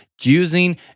Using